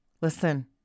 Listen